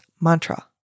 mantra